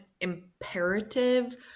imperative